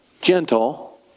gentle